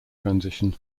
transition